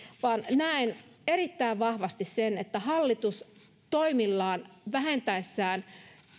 vaan näen erittäin vahvasti sen että hallitus toimillaan vähentäessään